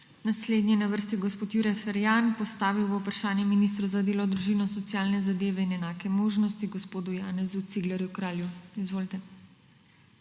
Naslednji je na vrsti gospod Jure Ferjan. Postavil bo vprašanje ministru za delo, družino, socialne zadeve in enake možnosti gospodu Janezu Ciglerju Kralju. Izvolite.